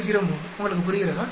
03 உங்களுக்கு புரிகிறதா